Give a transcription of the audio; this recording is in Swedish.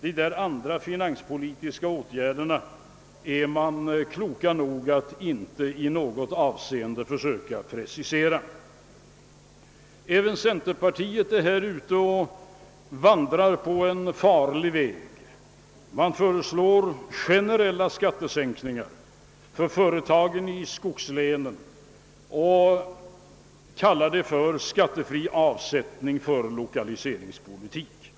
Vilka dessa andra finanspolitiska åtgärder skall vara, är man klok nog att inte i något avseende försöka precisera. Även centerpartiet är i detta sammanhang ute på en farlig väg. Man föreslår att företagen i skogslänen skall få generella skattesänkningar, som man kallar skattefria avsättningar i lokaliseringspolitiskt syfte.